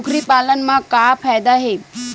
कुकरी पालन म का फ़ायदा हे?